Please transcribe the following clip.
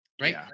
Right